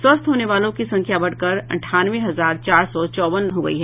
स्वस्थ होने वालों की संख्या बढ़कर अंठानवे हजार चार सौ चौवन हो गयी है